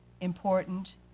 important